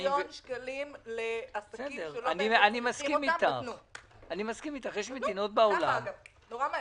18 מיליון שקלים לעסקים שלא באמת צריכים אותם ניתנו נורא מהר.